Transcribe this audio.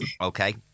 Okay